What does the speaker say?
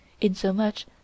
insomuch